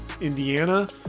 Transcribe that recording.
Indiana